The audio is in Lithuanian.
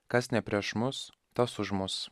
kas ne prieš mus tas už mus